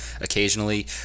occasionally